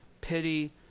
pity